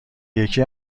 یکی